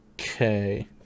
Okay